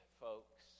folks